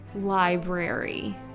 library